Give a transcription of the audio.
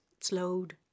slowed